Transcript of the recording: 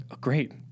great